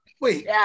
Wait